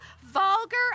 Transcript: vulgar